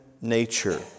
nature